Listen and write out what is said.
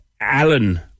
Alan